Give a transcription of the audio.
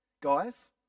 Guys